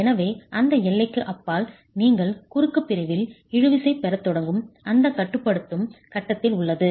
எனவே அந்த எல்லைக்கு அப்பால் நீங்கள் குறுக்கு பிரிவில் இழுவிசை பெறத் தொடங்கும் அந்த கட்டுப்படுத்தும் கட்டத்தில் உள்ளது